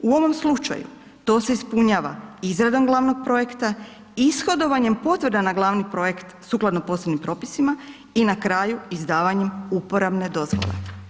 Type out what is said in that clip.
U ovom slučaju to se ispunjava izradom glavnog projekta, ishodovanjem potvrda na glavni projekt sukladno posebnim propisima i na kraju izdavanjem uporabne dozvole.